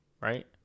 right